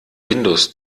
windows